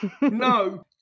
No